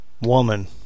woman